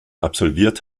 absolviert